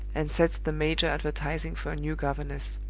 and sets the major advertising for a new governess.